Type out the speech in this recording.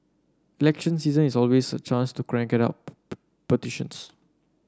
election season is always a chance to crank out petitions